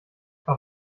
auf